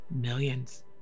Millions